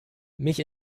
mich